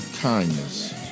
kindness